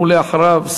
ואחריו,